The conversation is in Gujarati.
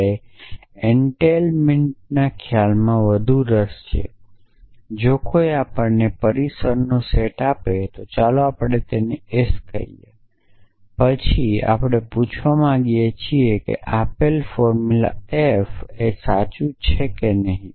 આપણને એનટેઇલમેંટ ના ખ્યાલમાં વધુ રસ છે કે કોઈ આપણને પરિસરનો સેટ આપે છે ચાલો આપણે તેને s કહીયે અને પછી આપણે પૂછવા માંગીએ છીએ કે આપેલ ફોર્મ્યુલા f એ સાચું છે કે નહીં